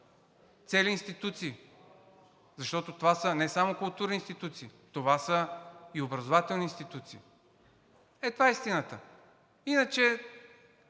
цели институции, защото това са не само културни институции, това са и образователни институции. Ето това е истината.